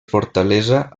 fortalesa